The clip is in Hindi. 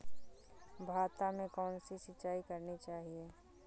भाता में कौन सी सिंचाई करनी चाहिये?